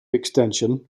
extension